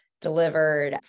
delivered